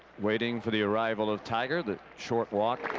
waiting for the arrival of tiger the short walk